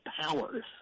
powers